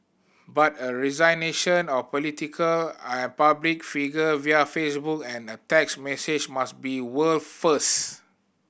but a resignation of politician and public figure via Facebook and a text message must be world first